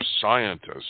scientists